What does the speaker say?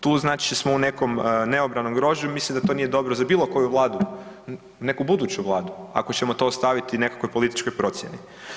Tu znači smo u nekom neobranom grožđu mislim da to nije dobro za bilo koju vladu, neku buduću vladu, ako ćemo to ostaviti nekakvoj političkoj procjeni.